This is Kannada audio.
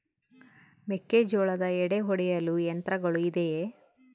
ಮೆಕ್ಕೆಜೋಳದ ಎಡೆ ಒಡೆಯಲು ಯಂತ್ರಗಳು ಇದೆಯೆ?